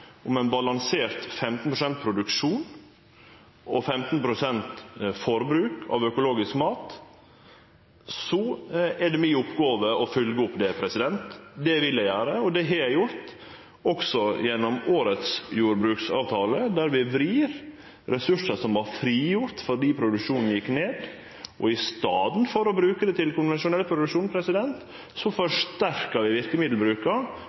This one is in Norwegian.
om ein balansert 15 pst. produksjon og 15 pst. forbruk av økologisk mat, er det mi oppgåve å følgje opp det. Det vil eg gjere, og det har eg gjort – også gjennom årets jordbruksavtale, der vi vrir ressursar som vart frigjorde fordi produksjonen gjekk ned, og i staden for å bruke dei til konvensjonell produksjon forsterkar vi